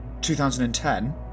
2010